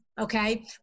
okay